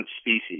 species